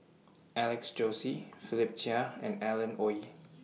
Alex Josey Philip Chia and Alan Oei